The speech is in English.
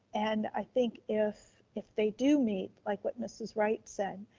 and i think if if they do meet like what mrs. wright said,